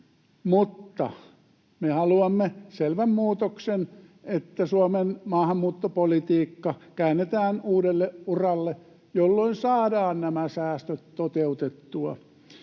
mutta me haluamme selvän muutoksen, että Suomen maahanmuuttopolitiikka käännetään uudelle uralle, jolloin saadaan nämä säästöt toteutettua.